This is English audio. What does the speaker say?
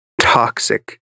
toxic